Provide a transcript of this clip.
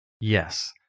Yes